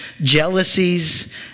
Jealousies